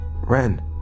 Ren